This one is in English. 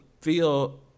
feel